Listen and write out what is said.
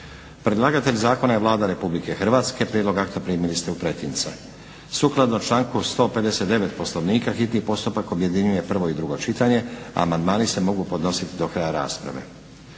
Predlagatelj zakona je Vlada Republike Hrvatske. Prijedlog akta primili ste u pretince. Sukladno članku 159. Poslovnika hitni postupak objedinjuje prvo i drugo čitanje, a amandmani se mogu podnositi do kraja rasprave.